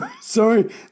sorry